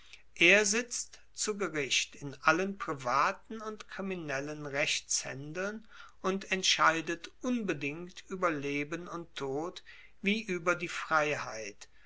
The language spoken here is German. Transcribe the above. er sitzt zu gericht in allen privaten und kriminellen rechtshaendeln und entscheidet unbedingt ueber leben und tod wie ueber die freiheit